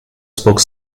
spoke